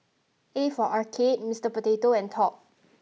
A for Arcade Mister Potato and Top